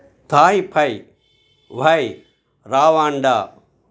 Thai ఫై రావాండా